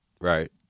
right